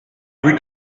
read